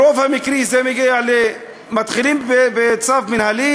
ברוב המקרים זה מגיע לזה שמתחילים בצו מינהלי,